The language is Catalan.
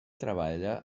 treballa